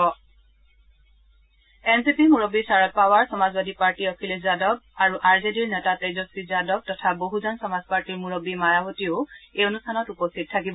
তদূপৰি N C P মূৰববী Sharad Pawar Samajwadi party Akhilesh Yadav আৰ জে দিৰ নেতা তেজস্বী যাদব আৰু বহুজন সমাজ পাৰ্টীৰ মুৰববী মায়াৰতী এই অনুষ্ঠানত উপস্থিত থাকিব